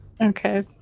Okay